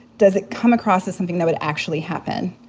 does it come across as something that would actually happen?